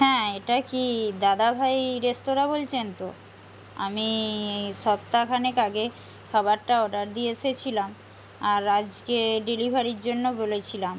হ্যাঁ এটা কি দাদাভাই রেস্তোরাঁ বলছেন তো আমি সপ্তাখানেক আগে খাবারটা অর্ডার দিয়ে এসেছিলাম আর আজকে ডেলিভারির জন্য বলেছিলাম